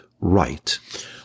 right